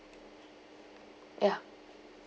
ya